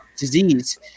disease